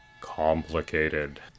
complicated